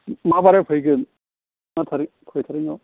मा बारै फैगोन मा थारिख खय थारिखआव